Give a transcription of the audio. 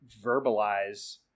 verbalize